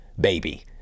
baby